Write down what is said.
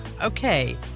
Okay